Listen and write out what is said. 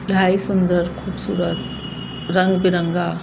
इलाही सुंदर ख़ूबसूरत रंग बिरंगा